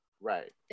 Right